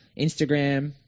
Instagram